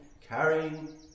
carrying